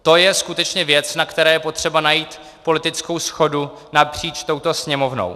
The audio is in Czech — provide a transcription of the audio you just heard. To je skutečně věc, na které je potřeba najít politickou shodu napříč touto Sněmovnou.